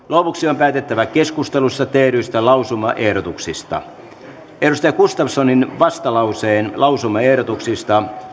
lopuksi on päätettävä keskustelussa tehdyistä lausumaehdotuksista jukka gustafssonin vastalauseen mukaisista lausumaehdotuksista